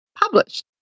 published